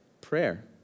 Prayer